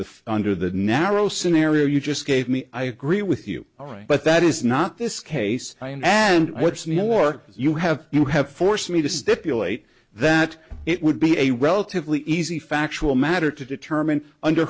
the under the narrow scenario you just gave me i agree with you but that is not this case and what's nor you have you have forced me to stipulate that it would be a relatively easy factual matter to determine under